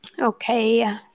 Okay